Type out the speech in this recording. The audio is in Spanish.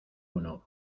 uno